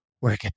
work